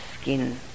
skin